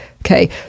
okay